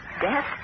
death